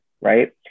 right